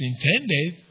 intended